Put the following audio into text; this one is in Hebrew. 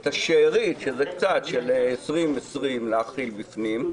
את השארית, שזה קצת, של 2020 להחיל בפנים,